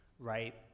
right